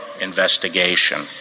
investigation